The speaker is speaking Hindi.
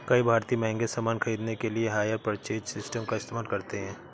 कई भारतीय महंगे सामान खरीदने के लिए हायर परचेज सिस्टम का इस्तेमाल करते हैं